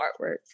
artwork